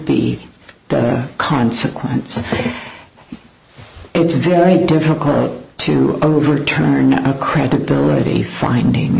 the consequence it's very difficult to overturn a credibility finding